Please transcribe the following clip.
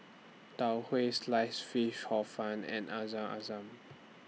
Tau Huay Sliced Fish Hor Fun and Air Zam Zam